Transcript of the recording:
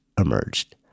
emerged